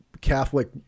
Catholic